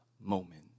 moment